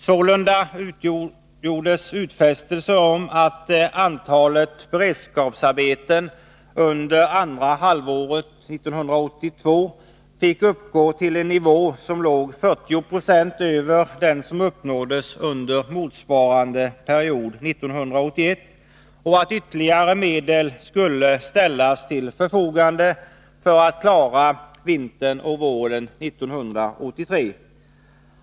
Sålunda gjordes utfästelser om att antalet beredskapsarbeten under andra halvåret 1982 fick uppgå till en nivå som låg 40 26 över den som uppnåddes under motsvarande period 1981 och att ytterligare medel skulle ställas till förfogande för att klara vintern och våren 1983.